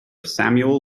samuel